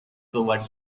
provides